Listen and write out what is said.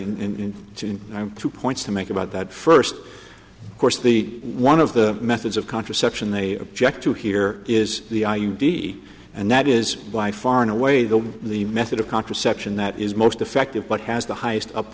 in june two points to make about that first course the one of the methods of contraception they object to here is the i u d and that is by far and away the the method of contraception that is most effective but has the highest up